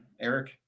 eric